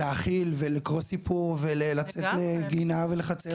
להאכיל ולקרוא סיפור ולצאת לגינה ולחצר,